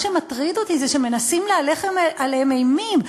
מה שמטריד אותי זה שמנסים להלך עליהם אימים,